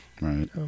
Right